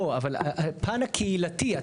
לא, אבל הפן הקהילתי.